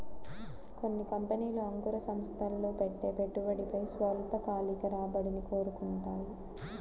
కొన్ని కంపెనీలు అంకుర సంస్థల్లో పెట్టే పెట్టుబడిపై స్వల్పకాలిక రాబడిని కోరుకుంటాయి